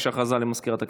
הודעה לסגנית מזכיר הכנסת,